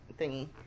thingy